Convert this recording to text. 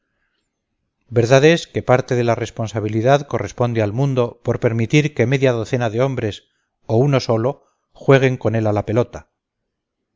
es que parte de la responsabilidad corresponde al mundo por permitir que media docena de hombres o uno solo jueguen con él a la pelota